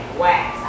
wax